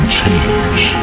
change